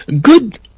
good